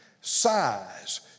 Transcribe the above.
size